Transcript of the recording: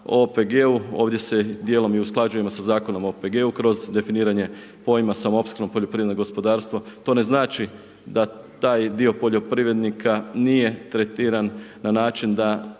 OPG-u ovdje se dijelom i usklađujemo sa Zakonom o OPG-u kroz definiranje pojma samoopskrbnom poljoprivredno gospodarstvo, to ne znači da taj dio poljoprivrednika nije tretiran na način da